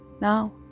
Now